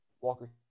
Walker